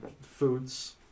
foods